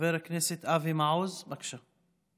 חבר הכנסת אבי מעוז, בבקשה.